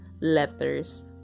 letters